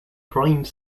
prime